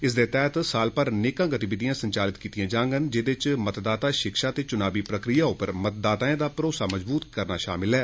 इसदे तैहत साल पर नेकां गतिविधियां संचालित कीत्तियां जाडन जेहदे च मतदाता शिक्षा ते चुनावी प्रक्रिया पर मतदाताएं दा परोसा मजबूत करना शामिल ऐ